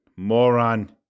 Moron